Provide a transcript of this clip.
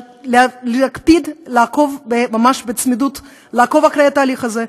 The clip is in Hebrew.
לא בארז ולא ברפיח.